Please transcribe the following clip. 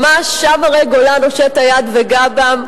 ממש "שם הרי גולן הושט היד וגע בם",